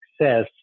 success